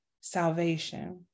salvation